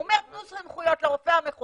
הוא אומר: תנו סמכויות לרופא המחוזי